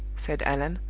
said allan.